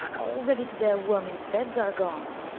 already to their wormy beds are gone,